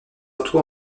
auto